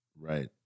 right